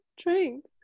drink